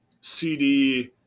CD